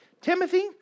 Timothy